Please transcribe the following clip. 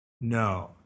No